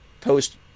post